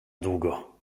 długo